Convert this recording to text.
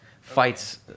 fights